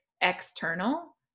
external